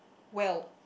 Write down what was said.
well